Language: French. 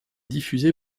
diffusée